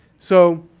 so,